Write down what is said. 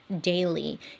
daily